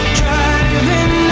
driving